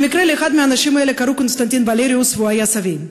במקרה לאחד מהאנשים האלה קראו קונסטנטין ולריוס והוא היה סבי.